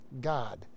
God